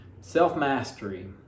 self-mastery